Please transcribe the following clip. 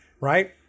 right